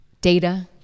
data